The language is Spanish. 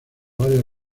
varias